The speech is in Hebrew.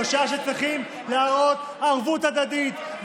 זו שעה שצריכים להראות ערבות הדדית,